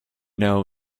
know